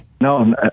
No